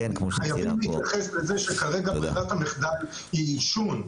חייבים להתייחס לזה שכרגע ברירת המחדל היא עישון.